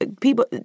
people